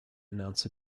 announce